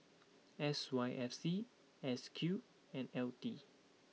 S Y F C S Q and L T